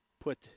put